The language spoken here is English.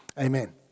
amen